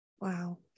Wow